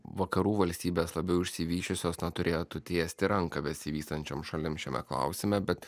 vakarų valstybės labiau išsivysčiusios turėtų tiesti ranką besivystančioms šalims šiame klausime bet